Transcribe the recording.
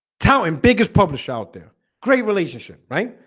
talan biggest published out there great relationship, right,